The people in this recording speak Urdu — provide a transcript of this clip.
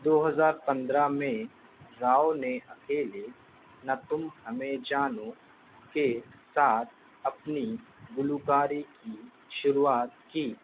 دو ہزار پندرہ میں راؤ نے اکیلے نہ تم ہمیں جانو کے ساتھ اپنی گلوکاری کی شروعات کی